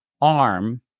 arm